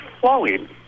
flowing